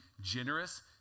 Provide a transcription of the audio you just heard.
generous